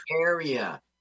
area